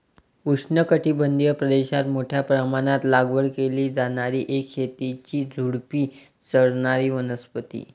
उष्णकटिबंधीय प्रदेशात मोठ्या प्रमाणात लागवड केली जाणारी एक शोभेची झुडुपी चढणारी वनस्पती